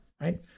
right